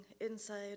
inside